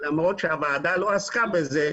למרות שהוועדה לא עסקה בזה,